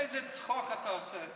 איזה צחוק אתה עושה.